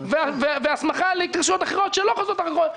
והסמכה להתקשרויות אחרות שלא חסות תחתיו.